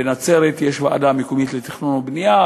בנצרת יש ועדה מקומית לתכנון ובנייה.